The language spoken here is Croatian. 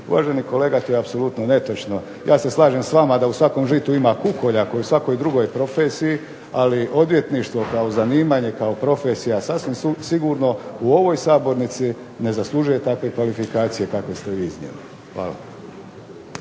Uvaženi kolega to je apsolutno netočno. Ja se slažem s vama da u svakom žitu ima kukolja, kao i u svakoj drugoj profesiji, ali odvjetništvo kao zanimanje, kao profesija sasvim sigurno u ovoj sabornici ne zaslužuje takve kvalifikacije kakve ste vi iznijeli. Hvala.